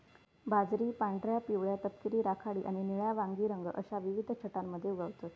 बाजरी पांढऱ्या, पिवळ्या, तपकिरी, राखाडी आणि निळ्या वांगी रंग अश्या विविध छटांमध्ये उगवतत